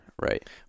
Right